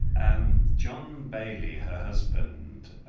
and john bayley, her husband,